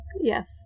Yes